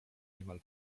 niemal